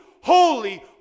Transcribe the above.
holy